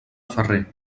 ferrer